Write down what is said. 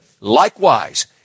Likewise